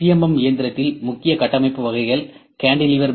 M இயந்திரத்தில் முக்கிய கட்டமைப்பு வகைகள் கான்டிலீவர் பீம்